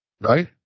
Right